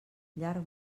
llarg